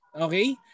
Okay